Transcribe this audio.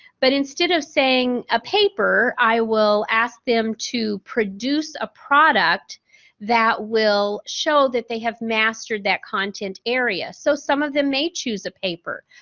but, instead of saying a paper i will ask them to produce a product that will show that they have mastered that content area. so, some of them may choose a paper,